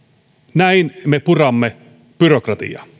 näin me puramme byrokratiaa